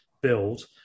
build